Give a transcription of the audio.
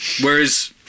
Whereas